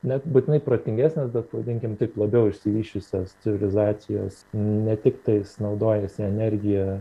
ne būtinai protingesnės bet pavadinkim taip labiau išsivysčiusios civilizacijos ne tiktais naudojasi energija